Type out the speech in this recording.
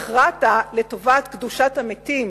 הכרעת לטובת קדושת המתים